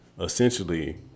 essentially